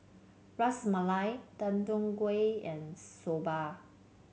Ras Malai Deodeok Gui and Soba